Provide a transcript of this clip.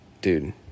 dude